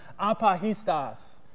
apahistas